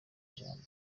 ijambo